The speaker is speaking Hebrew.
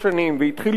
והתחיל לבכות.